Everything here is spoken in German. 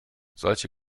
solche